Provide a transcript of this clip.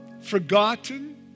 forgotten